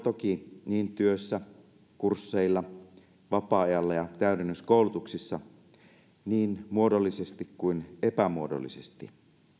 toki työssä kursseilla vapaa ajalla ja täydennyskoulutuksissa niin muodollisesti kuin epämuodollisesti